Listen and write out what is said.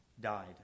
died